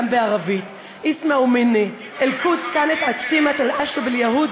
גם בערבית: (אומרת בערבית: תקשיבו לי,